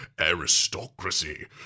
aristocracy